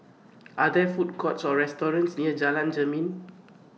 Are There Food Courts Or restaurants near Jalan Jermin